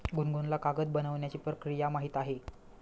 गुनगुनला कागद बनवण्याची प्रक्रिया माहीत आहे